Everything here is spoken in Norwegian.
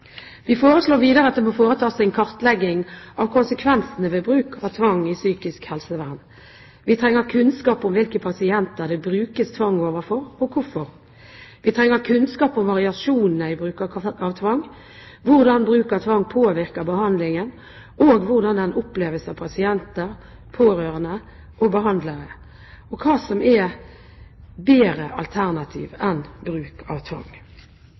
Vi foreslår videre at det må foretas en kartlegging av konsekvensene ved bruk av tvang i psykisk helsevern. Vi trenger kunnskap om hvilke pasienter det brukes tvang overfor, og hvorfor. Vi trenger kunnskap om variasjonene i bruk av tvang, hvordan bruk av tvang påvirker behandlingen, og hvordan den oppleves av pasienter, pårørende og behandlere, og hva som er bedre alternativer enn bruk av tvang.